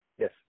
Yes